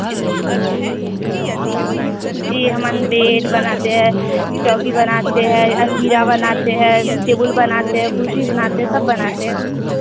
जी हम बेड बनाते हैं चौकी बनाते हैं अनबीरा बनाते हैं टेबुल बनाते हैं कुर्सी बनाते सब बनाते हैं